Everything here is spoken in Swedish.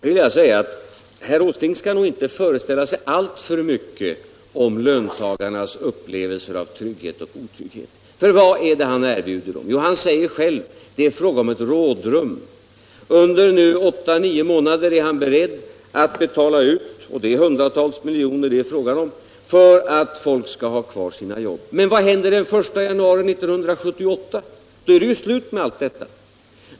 Herr Åsling skall nog inte föreställa sig alltför mycket om löntagarnas upplevelser av trygghet och otrygghet. Vad är det han erbjuder dem? Jo, han säger själv att det är fråga om ett rådrum. Under åtta nio månader är han beredd att betala ut hundratals miljoner för att folk skall ha kvar sina jobb. Men vad händer den 1 januari 1978? Då är det ju slut med allt detta.